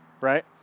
right